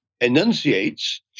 enunciates